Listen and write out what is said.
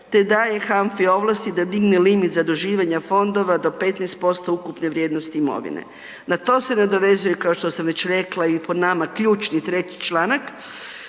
te daje HANFA-i ovlasti da digne limit zaduživanja fondova do 15% ukupne vrijednosti imovine. Na to se nadovezuje, kao što sam već rekla i po nama ključni treći članak